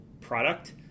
product